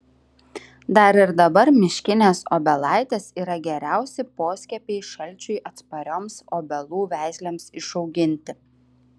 dar ir dabar miškinės obelaitės yra geriausi poskiepiai šalčiui atsparioms obelų veislėms išauginti